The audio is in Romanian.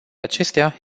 acestea